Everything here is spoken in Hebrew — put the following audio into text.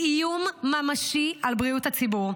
היא איום ממשי על בריאות הציבור,